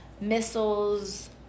missiles